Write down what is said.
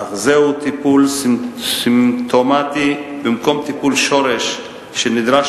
אך זהו טיפול סימפטומטי במקום טיפול שורש שנדרש